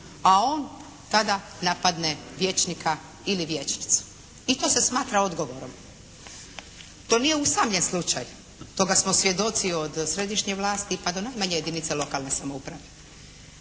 napadne vijećnika ili vijećnicu i to se smatra odgovorom. To nije usamljen slučaj. Toga smo svjedoci od središnje vlasti pa do najmanje jedinice lokalne samouprave.